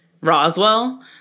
Roswell